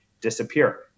disappear